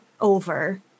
over